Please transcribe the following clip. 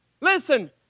Listen